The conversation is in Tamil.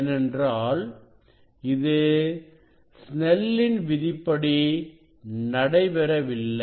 ஏனென்றால் இது சுனெலின் விதிப்படி நடைபெறவில்லை